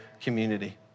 community